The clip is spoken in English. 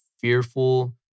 fearful